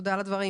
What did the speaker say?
תודה על הדברים.